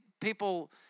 people